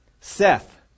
Seth